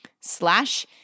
slash